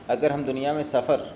اگر ہم دنیا میں سفر